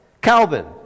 Calvin